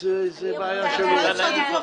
אז זו בעיה שלו.